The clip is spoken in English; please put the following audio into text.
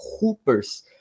hoopers